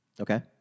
Okay